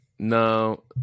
No